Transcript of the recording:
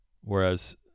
whereas